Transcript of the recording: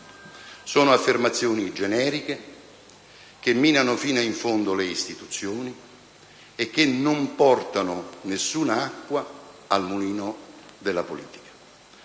sono affermazioni generiche che minano fino in fondo le istituzioni e che non portano nessuna acqua al mulino della politica.